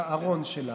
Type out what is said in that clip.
את הארון שלה,